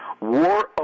war